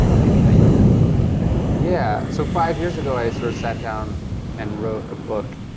you know maybe how you identify today. yeah, so five years ago, i sort of sat down and wrote a book,